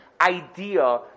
idea